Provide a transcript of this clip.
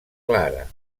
clara